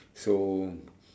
so